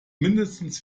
mindestens